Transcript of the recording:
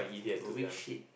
weak shit